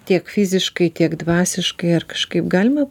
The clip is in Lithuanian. tiek fiziškai tiek dvasiškai ar kažkaip galima